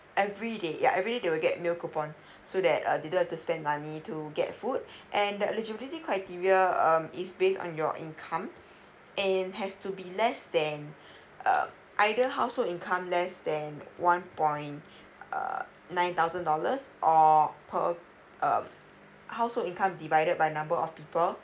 everyday yeah everyday they will get meal coupon so that uh they don't have to spend money to get food and the eligibility criteria um is based on your income and has to be less than uh either household income less than one point err nine thousand dollars or per uh household income divided by number of people